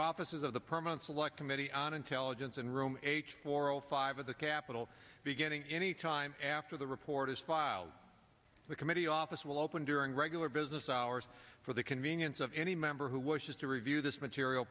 offices of the permanent select committee on intelligence and room for all five of the capital beginning anytime after the report is filed the committee office will open during regular business hours for the convenience of any member who wishes to review this material